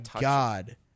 God